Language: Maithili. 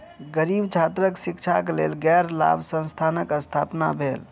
गरीब छात्रक शिक्षाक लेल गैर लाभ संस्थानक स्थापना भेल